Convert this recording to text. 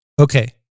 Okay